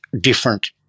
different